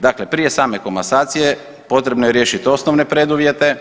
Dakle, prije same komasacije potrebno je riješiti osnovne preduvjete.